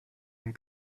den